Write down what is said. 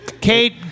Kate